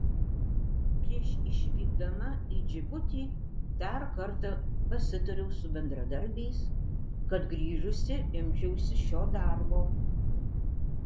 prieš išvykdama į džibutį dar kartą pasitariau su bendradarbiais kad grįžusi imčiausi šio darbo